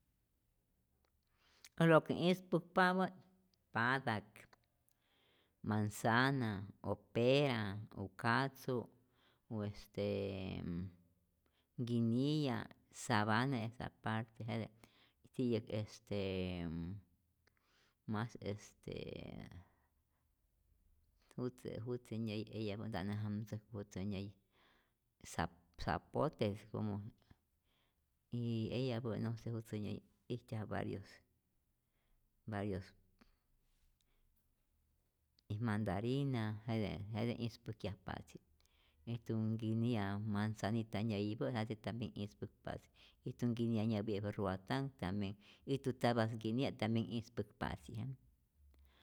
Äj lo que ispäkpapät patäk, manzana o pera o katzu o est nkiniya, sabane es aparte jete, ti'yäk est mas est jutze jutze nyäyi eyapä' nta't nä jamtzäjku jutzä nyayi za zapote, como y eyapä no se jutzä nyäyi ijtyaj varios varios y mandarina jete jete ispäjkyajpa'tzi, ijtu nkiniya manzanita nyäyipä' jete tambien ispäjkyajpa'tzi, ijtu nkiniya nyäyipä' ruatanh tambien, ijtu tzapas nkiniya tambien ispäkpa'tzi' jete.